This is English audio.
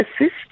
assist